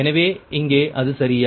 எனவே இங்கே அது சரியா